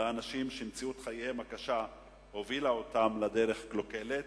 לאנשים שמציאות חייהם הקשה הובילה אותם לדרך קלוקלת.